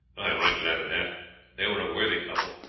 i am right glad of that they were a worthy couple.